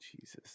Jesus